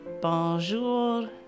bonjour